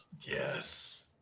Yes